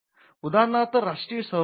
उदाहरणार्थ राष्ट्रीय संरक्षण